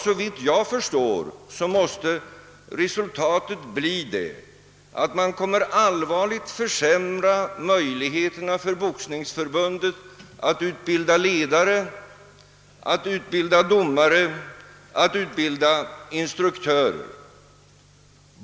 Såvitt jag förstår måste resultatet bli allvarligt försämrade möjligheter för Boxningsförbundet att utbilda ledare, domare och instruktörer.